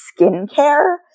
skincare